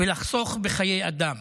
ולחסוך בחיי אדם.